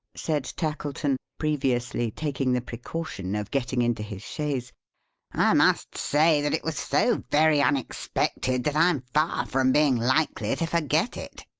said tackleton previously taking the precaution of getting into his chaise i must say that it was so very unexpected, that i'm far from being likely to forget it.